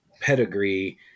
pedigree